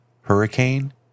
hurricane